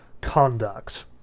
Conduct